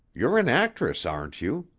you're an actress, aren't you?